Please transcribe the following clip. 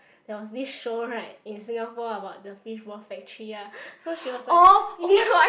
there was this show right in Singapore about the fishball factory ah so she was like ya